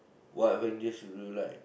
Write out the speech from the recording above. what Avengers do you like